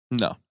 No